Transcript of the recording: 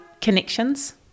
Connections